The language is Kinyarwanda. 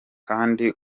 kandi